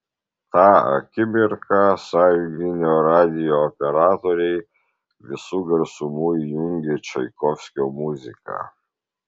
tą akimirką sąjunginio radijo operatoriai visu garsumu įjungė čaikovskio muziką